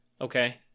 okay